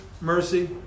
mercy